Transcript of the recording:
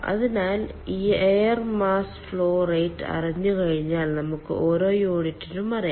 അതിനാൽ air mass flow rate അറിഞ്ഞുകഴിഞ്ഞാൽ നമുക്ക് ഓരോ യൂണിറ്റിനും അറിയാം